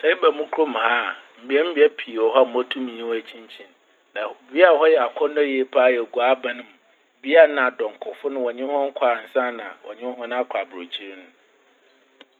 Sɛ eba mu kurom ha a, mbeambea pii wɔ hɔ a motum nye wo ekyinkyin. Na wɔ- bea a hɔ yɛ akɔndɔ paa yie yɛ Oguaa Aban m'. Bea a na adɔnkɔfo n' wɔnye hɔn kɔ ansaana wɔnye hɔn akɔ abrokyir n'.